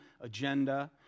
agenda